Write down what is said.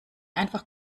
einfach